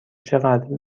چقدر